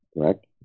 correct